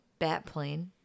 Batplane